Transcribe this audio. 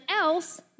else